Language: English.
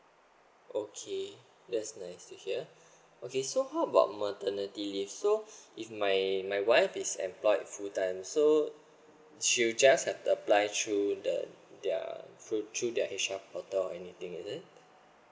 okay that's nice to hear okay so how about maternity leave so if my my wife is employed full time so she'll just have to apply through the their through their H R portal or anything is it